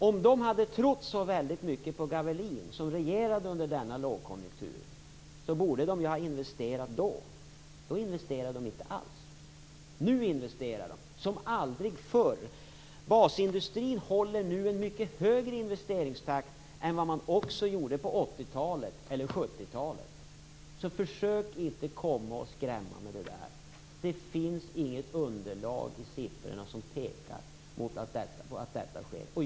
Om man hade trott så väldigt mycket på Gavelin, som regerade under denna lågkonjunktur, borde man ha investerat då. Då investerade man inte alls. Nu investerar man som aldrig förr. Basindustrin håller nu en mycket högre investeringstakt än vad man gjorde på 80-talet eller på 70-talet. Försök inte att skrämmas med det där. Det finns inget underlag i siffrorna som pekar mot att detta sker.